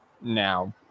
Now